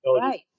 right